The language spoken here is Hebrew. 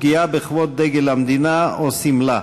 פגיעה בכבוד דגל המדינה או סמלה),